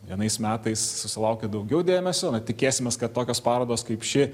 vienais metais susilaukia daugiau dėmesio tikėsimės kad tokios parodos kaip ši